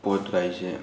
ꯄꯣꯠꯇꯨꯗ ꯑꯩꯁꯦ